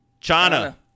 China